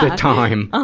ah time. um